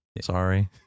Sorry